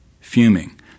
fuming